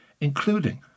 including